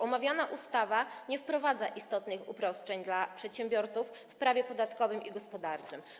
Omawiania ustawa nie wprowadza istotnych uproszczeń dla przedsiębiorców w prawie podatkowym ani gospodarczym.